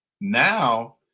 Now